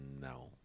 No